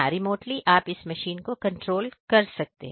remotely आप इस machine को कंट्रोल कर सकते हैं